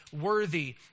worthy